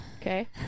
Okay